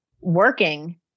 working